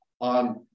on